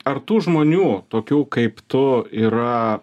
ar tų žmonių tokių kaip tu yra